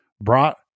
brought